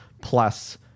plus